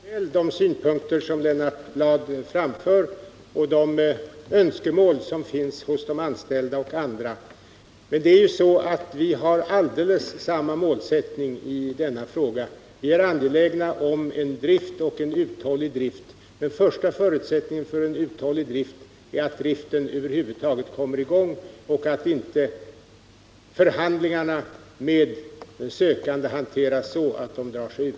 Herr talman! Jag förstår väl de synpunkter som Lennart Bladh framför och de önskemål som finns hos anställda och andra. Vi har precis samma målsättning i denna fråga. Vi är angelägna om drift — och en uthållig sådan. En första förutsättning för det är att driften över huvud taget kommer i gång och att inte förhandlingarna med de sökande hanteras så att de drar sig ur.